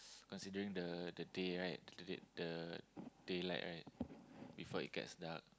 considering the the day right the date the day light right before it gets dark